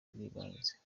bw’ibanze